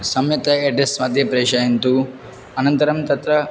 सम्यक्तया एड्रेस् मध्ये प्रेषयन्तु अनन्तरं तत्र